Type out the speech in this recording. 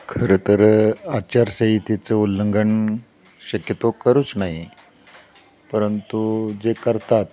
खरंतर आचारसंहितेचं उल्लंघन शक्यतो करूच नाही परंतु जे करतात